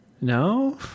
No